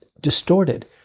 distorted